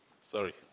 sorry